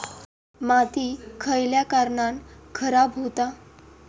माती खयल्या कारणान खराब हुता?